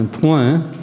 point